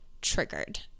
triggered